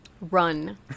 Run